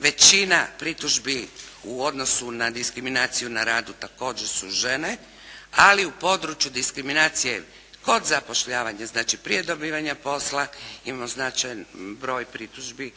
Većina pritužbi u odnosu na diskriminaciju na radu također su žene. Ali u području diskriminacije kod zapošljavanja, znači prije dobivanja posla, ima značajan broj pritužbi